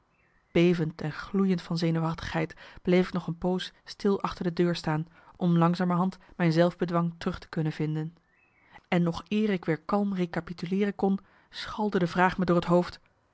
bevend en gloeiend van zenuwachtigheid bleef ik nog een poos stil achter de deur staan om langzamerhand mijn zelfbedwang terug te kunnen vinden en nog eer ik weer kalm recapituleeren kon schalde de vraag me door t hoofd